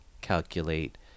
calculate